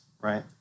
right